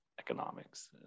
economics